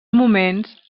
moments